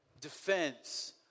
defense